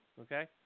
Okay